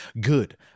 good